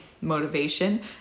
motivation